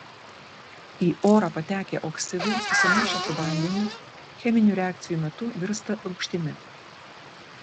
į orą patekę oksidai susimaišę su vandeniu cheminių reakcijų metu virsta rūgštimi